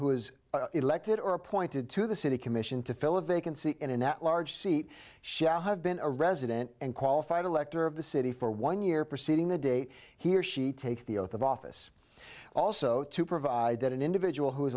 who is elected or appointed to the city commission to fill a vacancy in an at large seat shall have been a resident and qualified elector of the city for one year proceeding the day he or she takes the oath of office also to provide that an individual who